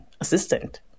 assistant